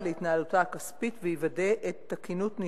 להתנהלותה הכספית ויוודא את תקינות ניהולה,